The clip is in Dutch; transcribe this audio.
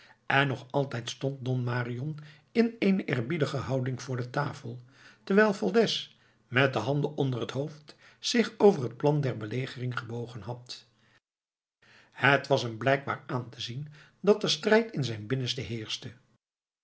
en nog altijd stond don marion in eene eerbiedige houding voor de tafel terwijl valdez met de handen onder het hoofd zich over het plan der belegering gebogen had het was hem blijkbaar aan te zien dat er strijd in zijn binnenste heerschte